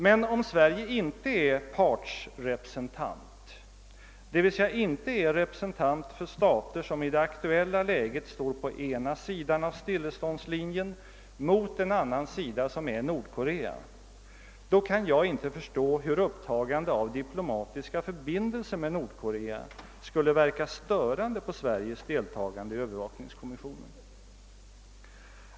Men om Sverige inte är partsrepresentant, d. v. s. inte är representant för stater som i det aktuella läget står på ena sidan av stilleståndslinjen mot en annan sida, som är Nordkorea, kan jag inte förstå hur upptagandet av diplomatiska förbindelser med Nordkorea skulle verka störande på Sveriges deltagande i övervakningskommissionen.